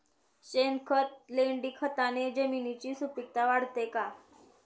शेणखत, लेंडीखताने जमिनीची सुपिकता वाढते का?